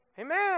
Amen